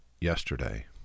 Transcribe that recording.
yesterday